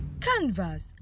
Canvas